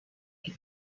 take